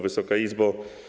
Wysoka Izbo!